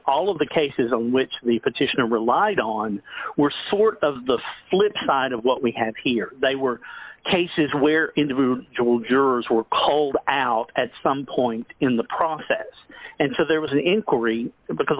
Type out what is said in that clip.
all of the cases in which the petitioner relied on were sort of the flip side of what we have here they were cases where you will jurors were culled out at some point in the process and so there was an inquiry because